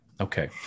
Okay